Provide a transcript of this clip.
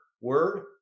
word